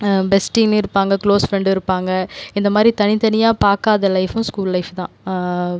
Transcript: பெஸ்ட்டீன்னு இருப்பாங்க க்ளோஸ் ஃப்ரெண்டும் இருப்பாங்க இந்தமாதிரி தனித்தனியாக பார்க்காத லைஃப்பும் ஸ்கூல் லைஃப் தான்